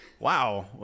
Wow